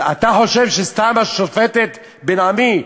אתה חושב שסתם השופטת בן-עמי,